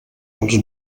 els